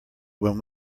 when